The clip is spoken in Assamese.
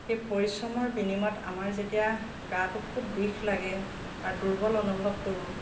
সেই পৰিশ্ৰমৰ বিনিময়ত আমাৰ যেতিয়া গাটো খুব বিষ লাগে বা দুৰ্বল অনুভৱ কৰোঁ